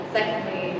Secondly